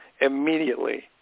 immediately